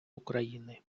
україни